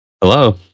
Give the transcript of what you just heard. Hello